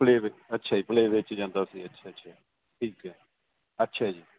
play way 'ਚ ਅੱਛਾ ਜੀ ਪਲੇਅ ਵੇ 'ਚ ਜਾਂਦਾ ਸੀ ਅੱਛਾ ਅੱਛਾ ਠੀਕ ਹੈ ਅੱਛਾ ਜੀ